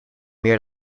meer